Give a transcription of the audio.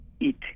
eat